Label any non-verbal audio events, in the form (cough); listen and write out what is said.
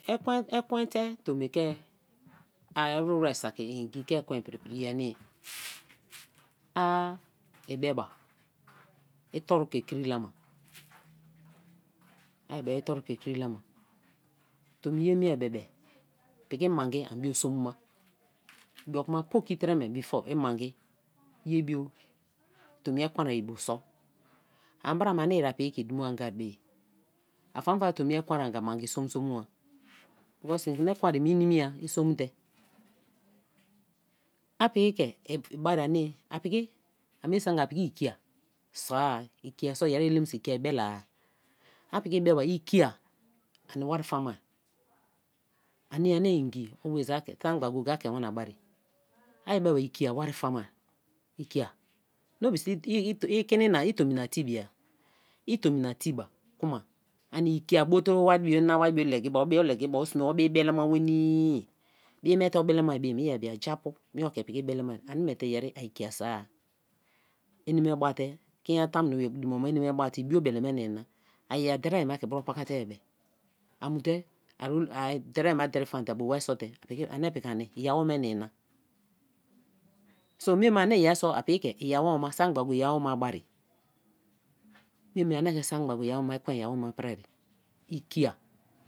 Ekwen ekwente tambi ke ai iruwari inyingi ke ekwen i pripri ye ani a i beba i toru' ke kiri lama a beba bebe piki mangi an bio som ba i bioku ma poki treme be i mangi ye bio tomi ekwen ari bio so ani bra me yeri a piki ke i duno anga mangi som som wa because en ekwen ye i nimiya i som te (hesitation) a pe ke i ba-r be ye ani a piki a mie sme anga a piki ikia so-a ikia so yeri elem so ikia ibelea-a, a piki i be ba ikia ani wari fama-i. A nie ani inyingi always saki mangba a ke wan bare ye. Ari i be ba ikia wari famari, ikia, no be say i keni, tomi na tebia, i tomi na te ba, kuma ani ikia bote bo wari bio legi ba, o legi ba o bee belema nwenii, bee me te o belema ye me so i ebia yaabo ani oke piki belema ani miete yeri a ikia so-a. Ene me baate kininyanatamuno bo be i dumo ma ene me baate i biobele me na ina a i daai ma ke iboro paka te-me a mu te i-olu a dear ma deri fama te be be a bo wari so te, aworni nai na. So ma me ani yeri so i awoma isaku mangba i awoma ba eyi, ma me ani saki mangba lawoma ba eyi, ma me ani sak gba a ke ekwen i awoma piri ye, ikia.